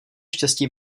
štěstí